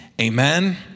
Amen